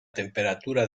temperatura